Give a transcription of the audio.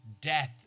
death